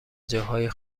جاهای